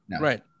Right